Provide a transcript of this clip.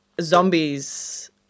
zombies